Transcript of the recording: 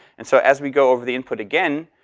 and so, as we go over the input again,